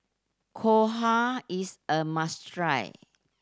dhokla is a must try